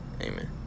amen